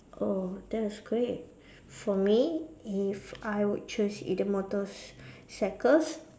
oh that is great for me if I would choose either motorcycles